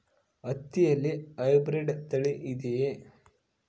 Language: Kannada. ಹತ್ತಿಯಲ್ಲಿ ಹೈಬ್ರಿಡ್ ತಳಿ ಇದೆಯೇ?